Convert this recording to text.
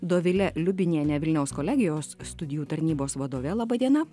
dovile liubiniene vilniaus kolegijos studijų tarnybos vadove laba diena